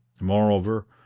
Moreover